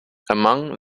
among